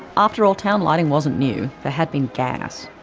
after all, town lighting wasn't new there had been gas.